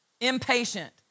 impatient